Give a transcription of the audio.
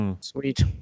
Sweet